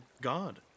god